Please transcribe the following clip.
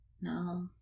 no